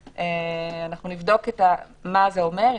אנחנו נבדוק מה זה אומר,